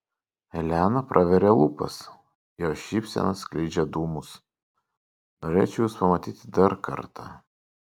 elena praveria lūpas jos šypsena skleidžia dūmus norėčiau jus pamatyti dar kartą